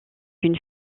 une